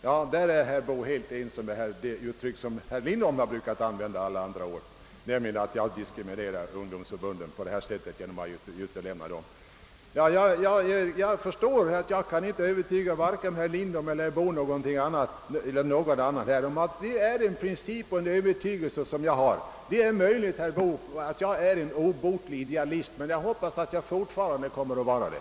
Därvidlag är herr Boo helt ense med herr Lindholm och använder det uttryck denne brukat använda under alla år. Jag förstår att jag inte kan övertyga vare sig herr Lindholm, herr Boo eller någon annan här att det är en princip och en övertygelse jag har. Det är möjligt, herr Boo, att jag är en obotlig idealist, men jag hoppas att jag även i fortsättningen kommer att få vara det!